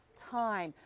time.